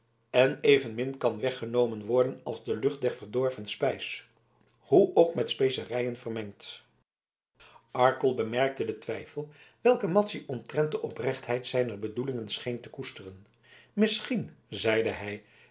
en evenmin kan weggenomen worden als de lucht der verdorven spijs hoe ook met specerijen vermengd arkel bemerkte den twijfel welke madzy omtrent de oprechtheid zijner bedoelingen scheen te koesteren misschien zeide hij